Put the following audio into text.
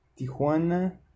Tijuana